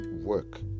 work